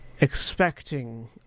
expecting